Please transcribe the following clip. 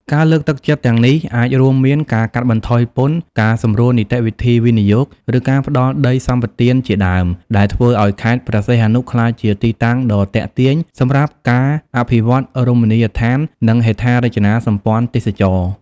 ការលើកទឹកចិត្តទាំងនេះអាចរួមមាន ការកាត់បន្ថយពន្ធ ការសម្រួលនីតិវិធីវិនិយោគ ឬការផ្តល់ដីសម្បទានជាដើម ដែលធ្វើឲ្យខេត្តព្រះសីហនុក្លាយជាទីតាំងដ៏ទាក់ទាញសម្រាប់ការអភិវឌ្ឍរមណីយដ្ឋាន និងហេដ្ឋារចនាសម្ព័ន្ធទេសចរណ៍។